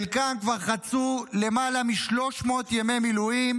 חלקם כבר חצו למעלה מ-300 ימי מילואים,